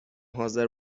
حاضر